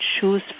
choose